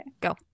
go